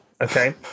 okay